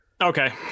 okay